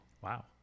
Wow